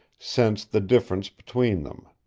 sensed the difference between them.